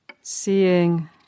Seeing